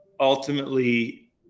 ultimately